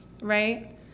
right